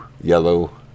yellow